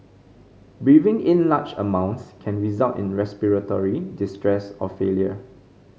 breathing in large amounts can result in respiratory distress or failure